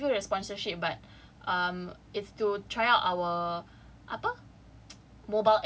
in the end they were like okay we give you the sponsorship but um is to try out our apa